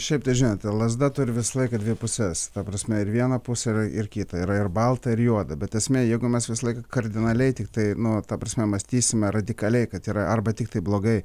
šiaip tai žinote lazda turi visą laiką dvi puses ta prasme ir viena pusė yra ir kita yra ir balta ir juoda bet esmė jeigu mes visąlaik kardinaliai tiktai nu ta prasme mąstysime radikaliai kad yra arba tiktai blogai